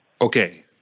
Okay